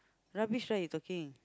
rubbish right you talking